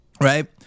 Right